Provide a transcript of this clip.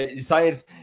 science